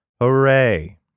Hooray